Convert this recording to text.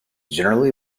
generally